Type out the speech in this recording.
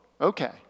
okay